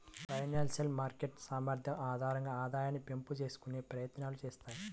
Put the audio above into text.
financial market సామర్థ్యం ఆధారంగా ఆదాయాన్ని పెంపు చేసుకునే ప్రయత్నాలు చేత్తాయి